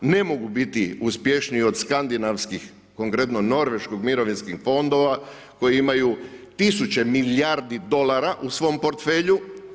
Ne mogu biti uspješniji od skandinavskih, konkretno norveških mirovinskih fondova koji imaju tisuće milijardi dolara u svom portfelju.